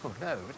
no